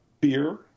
beer